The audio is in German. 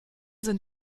sind